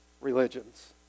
Religions